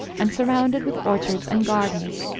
and surrounded with orchards and gardens.